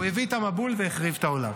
הוא הביא את המבול והחריב את העולם.